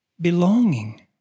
Belonging